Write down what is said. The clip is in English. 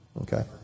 Okay